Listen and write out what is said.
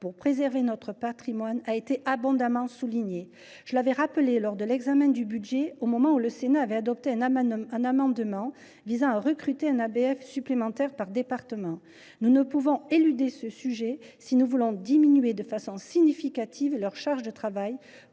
pour préserver notre patrimoine a été abondamment soulignée. Je l’ai moi même rappelée lors de l’examen du budget, au moment où le Sénat a adopté un amendement visant à recruter un ABF supplémentaire par département. Nous ne pouvons éluder ce sujet si nous voulons diminuer de façon significative leur charge de travail